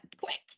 Quick